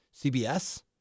CBS